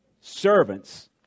Servants